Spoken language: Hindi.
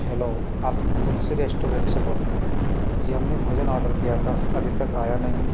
हेलो आप तुलसी रेस्टोरेंट से बोल रहे हैं जी हमने भोजन आर्डर किया था अभी तक आया नहीं